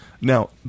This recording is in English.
Now